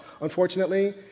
unfortunately